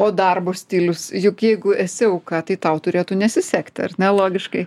o darbo stilius juk jeigu esi auka tai tau turėtų nesisekti ar ne logiškai